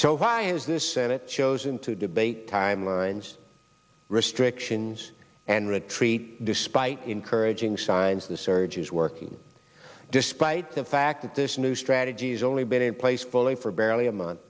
why is this senate chosen to debate timelines restrictions and retreat despite encouraging signs the surge is working despite the fact that this new strategy has only been in place bully for barely a month